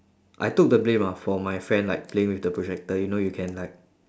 I took the blame lah for my friend like playing with the projector you know you can like